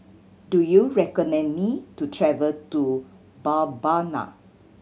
do you recommend me to travel to Mbabana